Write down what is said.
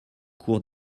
cours